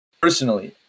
Personally